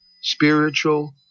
Spiritual